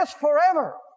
forever